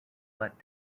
but